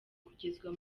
kugezwa